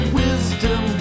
wisdom